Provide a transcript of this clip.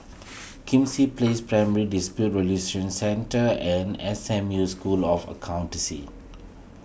Kismis Place Primary Dispute Resolution Centre and S M U School of Accountancy